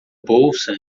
bolsa